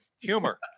humor